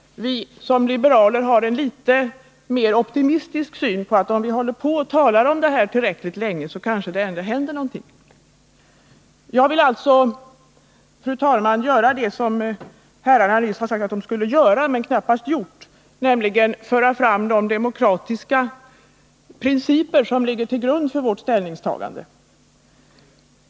I varje fall har vi som liberaler en litet mer optimistisk syn och tror att om vi talar tillräckligt länge om det här, så kanske det händer någonting. Jag vill, fru talman, göra det som herrarna nyss sade att de skulle göra men som de knappast har gjort — jag vill föra fram de demokratiska principer som ligger till grund för vårt ställningstagande.